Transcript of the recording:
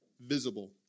visible